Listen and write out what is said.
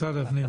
משרד הפנים,